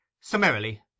Summarily